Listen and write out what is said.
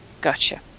Gotcha